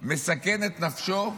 מסכן את נפשו,